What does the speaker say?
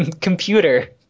Computer